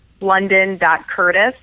london.curtis